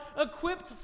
equipped